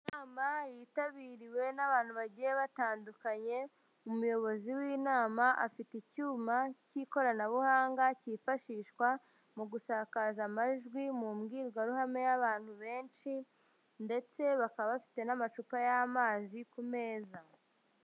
Inama yitabiriwe n'abantu bagiye batandukanye, umuyobozi w'inama afite icyuma cy'ikoranabuhanga, cyifashishwa mu gusakaza amajwi mu mbwirwaruhame y'abantu benshi ndetse bakaba bafite n'amacupa y'amazi ku meza.